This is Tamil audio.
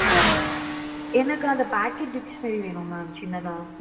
ஆ ம் எனக்கு அந்த பேக்கெட் டிக்ஷனரி வேணும் மேம் சின்னதாக